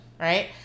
right